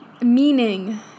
meaning